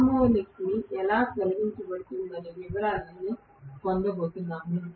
harmonics ఎలా తొలగించబడుతుందనే వివరాలను నేను పొందబోతున్నాను